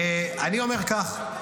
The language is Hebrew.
אני אומר כך: